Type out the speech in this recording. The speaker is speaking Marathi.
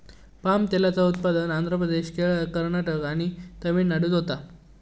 पाम तेलाचा उत्पादन आंध्र प्रदेश, केरळ, कर्नाटक आणि तमिळनाडूत होता